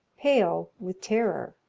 pale with terror.